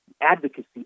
advocacy